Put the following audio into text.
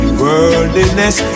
worldliness